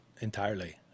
entirely